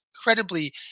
incredibly